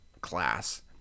class